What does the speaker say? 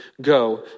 Go